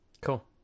Cool